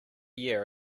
year